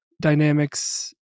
dynamics